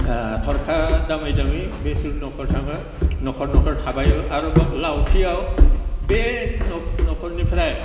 थरखा दामै दामै बेसोर न'खर थाङो न'खर न'खर थाबायो आरो लावथियाव बे न'खरनिफ्राय